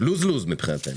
לוז לוז מבחינתנו.